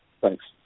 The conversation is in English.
Thanks